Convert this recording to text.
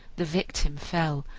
the victim fell,